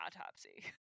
autopsy